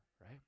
right